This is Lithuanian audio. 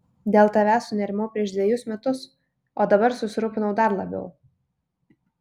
dėl tavęs sunerimau prieš dvejus metus o dabar susirūpinau dar labiau